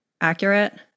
accurate